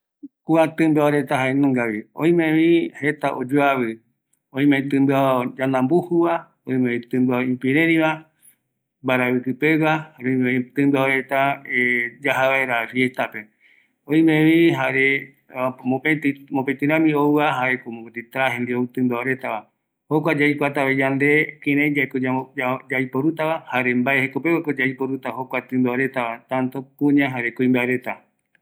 Oimeko tɨmbɨao reta opa oyoavɨ, öime yanda mbujuva, ïpïrërïva, öime ou oyovake vaera tɨmbɨoa jare camisa, terno jeiva, öimevi, arete pegua, mbaravɨkɨ pegua, jukurai kuña jare kuimbaereta peguara